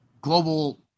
global